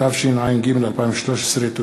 התשע"ג 2013. תודה.